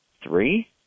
Three